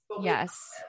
yes